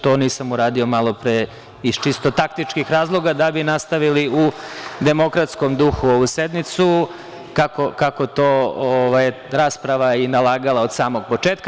To nisam uradio malo pre iz čisto taktičkih razloga, da bi nastavili u demokratskom duhu ovu sednicu, kako je to rasprava i nalagala od samog početka.